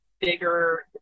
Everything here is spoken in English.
Bigger